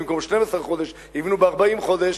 במקום ב-12 חודש יבנו ב-40 חודש,